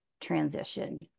transition